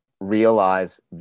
realize